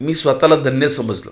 मी स्वतःला धन्य समजलो